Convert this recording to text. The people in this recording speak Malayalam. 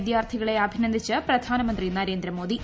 വിദ്യാർത്ഥികളെ അഭിന്ന്ദിച്ച് പ്രധാനമന്ത്രി നരേന്ദ്രമോദി